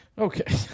Okay